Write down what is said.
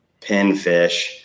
pinfish